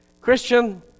Christian